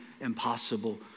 impossible